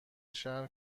شهر